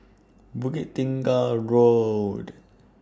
Bukit Tunggal Road